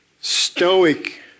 stoic